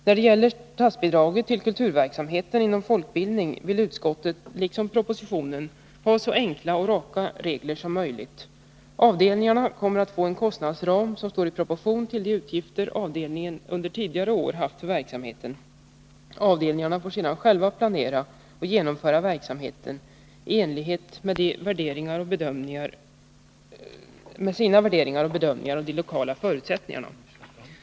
När det gäller statsbidraget till kulturverksamheten inom folkbildning vill utskottet liksom regeringen ha så enkla och raka regler som möjligt. Avdelningarna kommer att få en kostnadsram som står i proportion till de utgifter som avdelningen under tidigare år har haft för verksamheten. Avdelningarna får sedan själva planera och genomföra verksamheten i enlighet med sina värderingar och bedömningar av de lokala förutsättningarna.